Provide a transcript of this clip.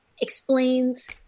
explains